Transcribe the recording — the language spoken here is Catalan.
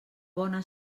bona